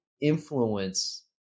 influence